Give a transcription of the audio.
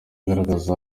agaragaza